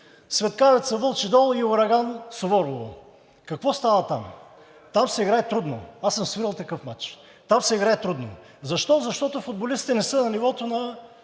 „Светкавица“ – Вълчи дол, и „Ураган“ – Суворово. Какво става там? Там се играе трудно – аз съм свирил такъв мач. Там се играе трудно! Защо? Защото футболистите не са на нивото на